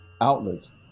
outlets